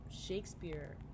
shakespeare